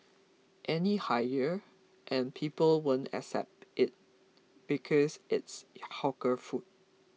any higher and people won't accept it because it's hawker food